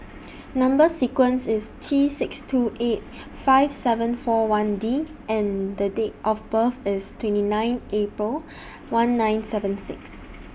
Number sequence IS T six two eight five seven four one D and Date of birth IS twenty nine April one nine seven six